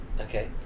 okay